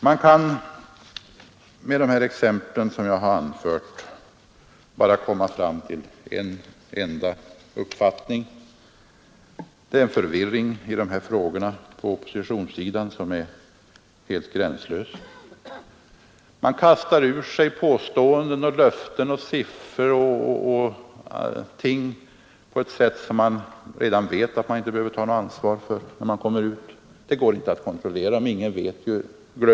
Man kan med de exempel som jag har anfört bara komma fram till en enda uppfattning, nämligen att det på oppositionssidan råder en gränslös förvirring i dessa frågor. Man kastar ur sig påståenden, löften, siffror och uppgifter på ett sätt som visar att man tror att man inte behöver ta något ansvar när man kommer ut härifrån, därför att uppgifterna inte går att kontrollera.